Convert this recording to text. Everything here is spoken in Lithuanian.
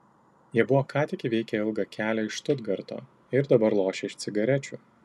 jie buvo ką tik įveikę ilgą kelią iš štutgarto ir dabar lošė iš cigarečių